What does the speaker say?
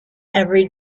every